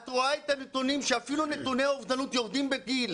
את רואה את הנתונים שאפילו נתוני האובדנות יורדים בגיל,